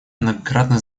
многократно